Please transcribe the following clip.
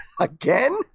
again